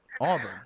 Auburn